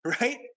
right